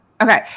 Okay